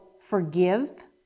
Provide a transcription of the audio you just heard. forgive